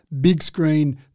big-screen